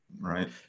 right